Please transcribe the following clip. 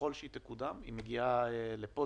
ככל שהיא תקודם היא מגיעה לפה,